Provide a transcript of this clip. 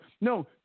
no